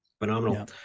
Phenomenal